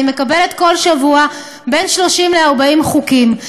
אני מקבלת כל שבוע בין 30 ל-40 חוקים.